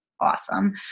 awesome